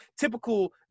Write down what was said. Typical